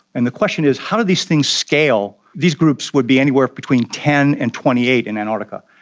and the question is how do these things scale? these groups would be anywhere between ten and twenty eight in antarctica.